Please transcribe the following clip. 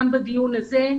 גם בדיון הזה,